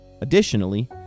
Additionally